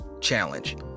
challenge